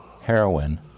heroin